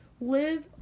live